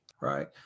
Right